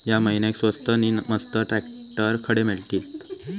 या महिन्याक स्वस्त नी मस्त ट्रॅक्टर खडे मिळतीत?